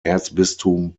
erzbistum